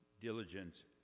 diligence